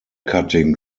cutting